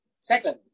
Second